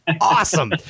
awesome